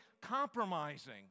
compromising